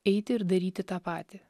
eiti ir daryti tą patį